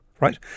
Right